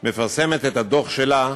מפרסמת את הדוח שלה,